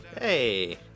Hey